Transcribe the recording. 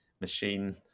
machine